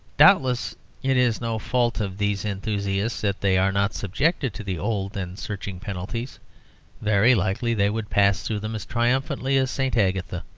doubtless it is no fault of these enthusiasts that they are not subjected to the old and searching penalties very likely they would pass through them as triumphantly as st. agatha.